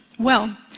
well,